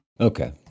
Okay